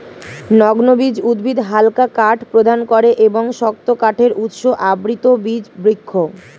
নগ্নবীজ উদ্ভিদ হালকা কাঠ প্রদান করে এবং শক্ত কাঠের উৎস আবৃতবীজ বৃক্ষ